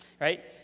right